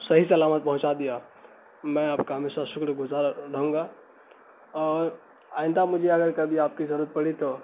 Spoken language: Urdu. صحیح سلامت پہنچا دیا میں آپ کا ہمیشہ شکر گزار رہوں گا اور آئندہ مجھے اگر کبھی آپ کی ضرورت پڑی تو